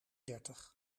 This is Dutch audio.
dertig